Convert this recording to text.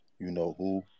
you-know-who